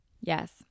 Yes